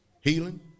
healing